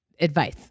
advice